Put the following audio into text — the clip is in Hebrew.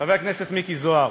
חבר הכנסת מיקי זוהר,